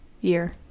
year